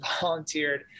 volunteered